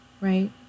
Right